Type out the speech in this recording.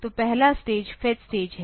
तो पहला stage fetch stage है